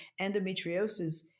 endometriosis